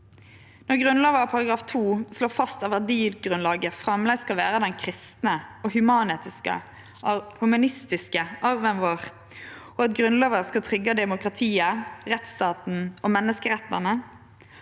Når Grunnlova § 2 slår fast at verdigrunnlaget framleis skal vere den kristne og humanistiske arven vår, og at Grunnlova skal tryggje demokratiet, rettsstaten og menneskerettane,